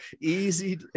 easy